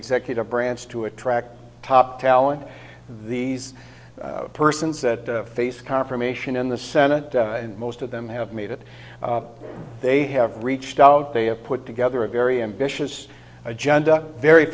executive branch to attract top talent these persons that face confirmation in the senate and most of them have made it they have reached out they have put together a very ambitious agenda very